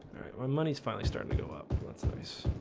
when money's finally starting to go up that's nice